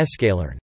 escalern